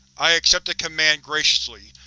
i accepted command graciously,